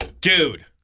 Dude